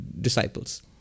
disciples